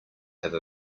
have